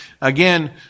again